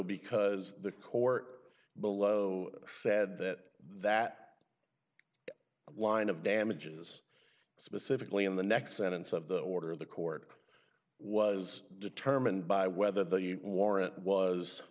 because the court below said that that line of damages specifically in the next sentence of the order of the court was determined by whether the u warrant was